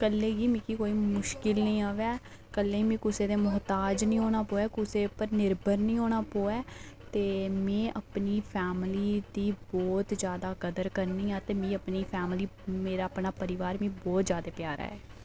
कि कल्लै गी मिगी कोई मुशकल निं आवै कल्लै गी मिगी कुसै दे मोहताज़ निं होना पवै ते कुसै पर निर्भर निं होना पवै ते अपनी फैमिली दी बहुत जादा कद्र करनी आं ते मिगी अपनी फैमिली ते मिगी अपना परिवार बहोत जादा प्यारा ऐ